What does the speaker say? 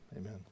Amen